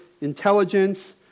intelligence